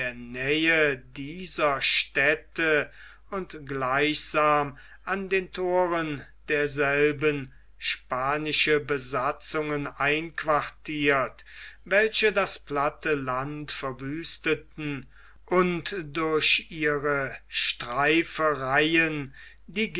nähe dieser städte und gleichsam an den thoren derselben spanische besatzungen einquartiert welche das platte land verwüsteten und durch ihre streifereien die